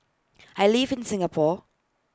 I live in Singapore